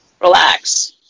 Relax